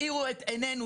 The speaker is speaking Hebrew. אבל האירו את עינינו,